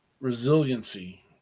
Resiliency